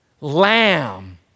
lamb